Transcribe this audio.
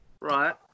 right